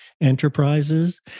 enterprises